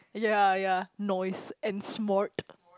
ya ya nice and smart